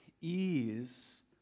ease